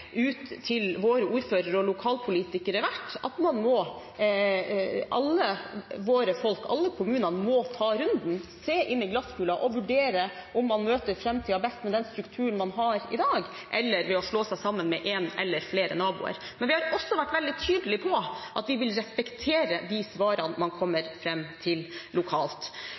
ut til våre ordførere og lokalpolitikere har vært at alle våre folk, alle kommuner, må ta runden og se inn i glasskulen og vurdere om man møter framtiden best med den strukturen man har i dag, eller ved å slå seg sammen med én eller flere naboer. Men vi har også vært veldig tydelige på at vi vil respektere de svarene man kommer fram til lokalt.